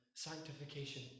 sanctification